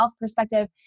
perspective